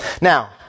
Now